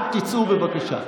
אל תצאו, בבקשה.